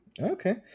okay